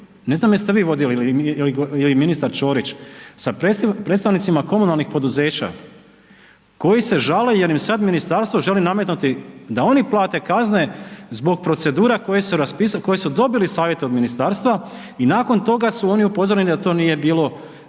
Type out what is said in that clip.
ne znam jeste li vi vodili ili ministar Čorić sa predstavnicima komunalnih poduzeća koji se žale jer im sad ministarstvo želi nametnuti da oni plate kazne zbog procedura koje su raspisali, koje su dobili savjete iz ministarstva i nakon toga su oni upozoreni da to nije bilo,